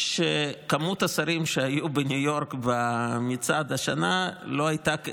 כמות השרים שהיו בניו יורק במצעד השנה לא הייתה,